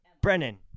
Brennan